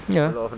ya